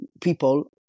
people